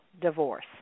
Divorce